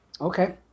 Okay